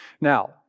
Now